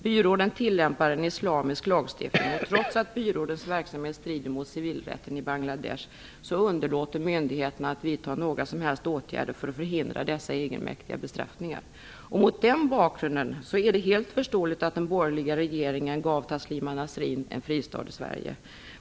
Byråden tillämpar en islamisk lagstiftning, och trots att byrådens verksamhet strider mot civilrätten i Bangladesh underlåter myndigheterna att vidta några som helst åtgärder för att förhindra dessa egenmäktiga bestraffningar. Mot den bakgrunden är det helt förståeligt att den borgerliga regeringen gav Taslima Nasrin en fristad i Sverige.